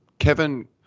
Kevin